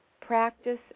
practice